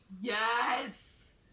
Yes